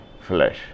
flesh